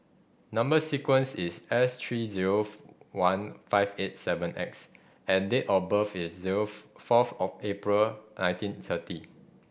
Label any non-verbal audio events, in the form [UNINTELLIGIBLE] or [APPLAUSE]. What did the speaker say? number sequence is S three zero [UNINTELLIGIBLE] one five eight seven X and date of birth is zero [UNINTELLIGIBLE] fourth of April nineteen thirty